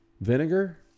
vinegar